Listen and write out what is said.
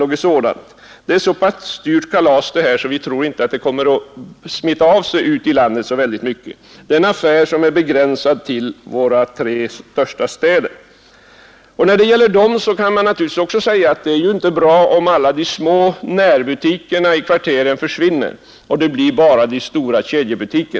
Det är nämligen ett så pass dyrt kalas att ha söndagsöppet att vi inte tror att exemplet kommer att smitta av sig ute i landet i så särskilt hög grad. Den företeelsen torde som sagt komma att begränsas till våra tre största städer. Med även när det gäller dem kan man naturligtvis säga att det inte är bra om alla de små närbutikerna i kvarteren försvinner och vi får enbart stora kedjebutiker.